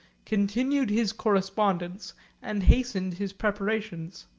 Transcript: continued his correspondence and hastened his preparations.